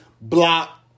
block